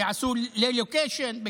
שיעשו רילוקיישן,